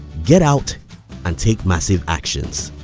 get out and take massive actions.